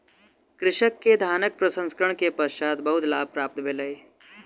कृषक के धानक प्रसंस्करण के पश्चात बहुत लाभ प्राप्त भेलै